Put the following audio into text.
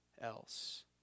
else